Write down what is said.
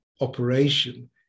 operation